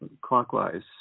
clockwise